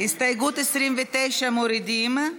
הסתייגות מס' 29 מורידים.